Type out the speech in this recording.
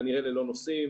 כנראה ללא נוסעים.